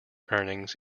earnings